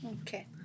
Okay